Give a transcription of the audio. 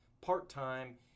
part-time